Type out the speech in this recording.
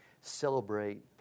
celebrate